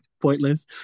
pointless